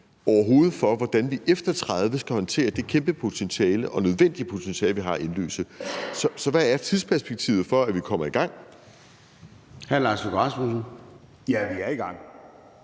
strategi for, hvordan vi efter 2030 skal håndtere det kæmpestore og nødvendige potentiale, vi har at indløse. Så hvad er tidsperspektivet for, at vi kommer i gang? Kl. 14:26 Formanden (Søren